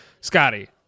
Scotty